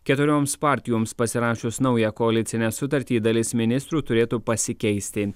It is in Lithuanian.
keturioms partijoms pasirašius naują koalicinę sutartį dalis ministrų turėtų pasikeisti